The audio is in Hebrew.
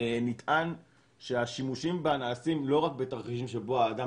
ונטען שהשימושים בה נעשים לא רק בתרחישים שבהם האדם